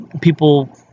People